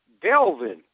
Delvin